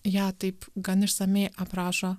ją taip gan išsamiai aprašo